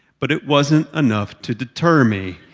but it wasn't enough to deter me.